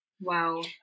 Wow